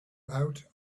out